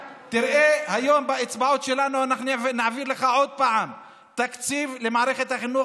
תראה שהיום באצבעות שלנו אנחנו נעביר לך עוד פעם תקציב למערכת החינוך,